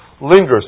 lingers